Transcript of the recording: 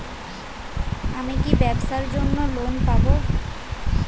আমি কি ব্যবসার জন্য লোন পাব?